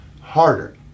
harder